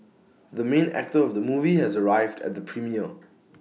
the main actor of the movie has arrived at the premiere